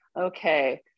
Okay